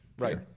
Right